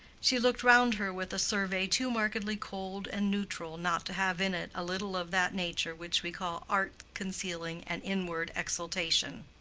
she looked round her with a survey too markedly cold and neutral not to have in it a little of that nature which we call art concealing an inward exultation.